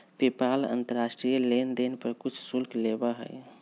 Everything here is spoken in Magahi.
पेपाल अंतर्राष्ट्रीय लेनदेन पर कुछ शुल्क लेबा हई